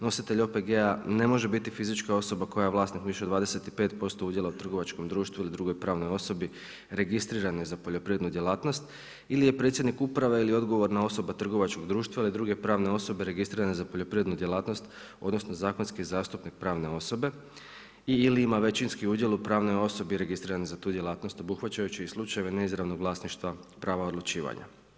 Nositelj OPG-a ne može biti fizička osoba koja je vlasnik više od 25% udjela u trgovačkom društvu ili drugoj pravnoj osobi registriranoj za poljoprivrednu djelatnost ili je predsjednik uprave ili odgovorna osoba trgovačkog društva ili druge pravne osobe registrirane za poljoprivrednu djelatnost odnosno zakonski zastupnik pravne osobe ili ima većinski udjel u pravnoj osobi registriranoj za tu djelatnost obuhvaćajući i slučajeve neizravnog vlasništva prava odlučivanja.